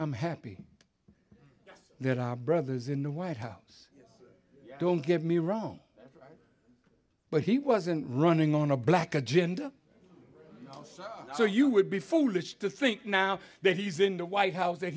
i'm happy that i brought those in the white house don't get me wrong but he wasn't running on a black agenda so you would be foolish to think now that he's in the white house that